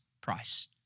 price